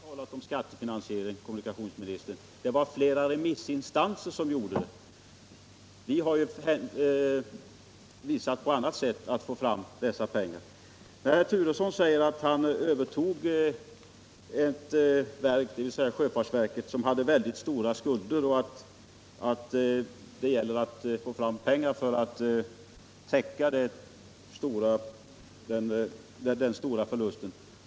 Herr talman! Det är inte jag som talat om skattefinansiering, Bo Turesson, utan det var flera remissinstanser som gjorde det. Vi har visat på sätt att skaffa fram dessa pengar. Kommunikationsministern säger att han övertog ett verk — sjöfartsverket — som hade väldigt stora skulder och att det gäller att få fram pengar för att täcka den stora förlusten.